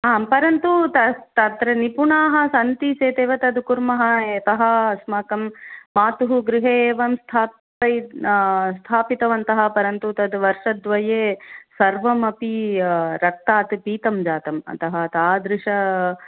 आं परन्तु तत् तत्र निपुणाः सन्ति चेत् एव तत् कुर्मः यतः अस्माकं मातुः गृहे एवं स्थापयि स्थापितवन्तः परन्तु तद् वर्षद्वये सर्वमपि रक्तात् पीतं जातम् अतः तादृशः